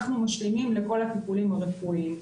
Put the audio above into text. אנחנו משלימים לכל הטיפולים הרפואיים,